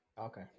Okay